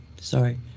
sorry